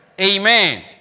Amen